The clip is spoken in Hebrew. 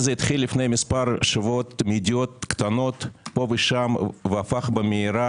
שזה התחיל לפני מספר שבועת מידיעות קטנות פה ושם והפך במהרה